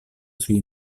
sui